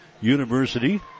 University